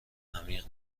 عمیق